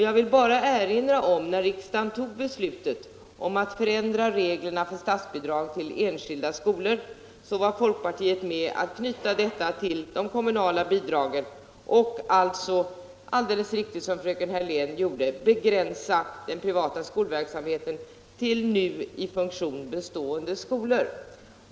Jag vill erinra om att när riksdagen tog beslutet att ändra reglerna för statsbidrag till enskilda skolor var folkpartiet med om att anknyta detta till de kommunala bidragen och alltså — precis som fröken Hörlén sade — att begränsa den privata skolverksamheten till nu i funktion varande skolor.